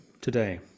today